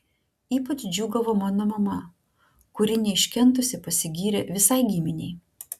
ypač džiūgavo mano mama kuri neiškentusi pasigyrė visai giminei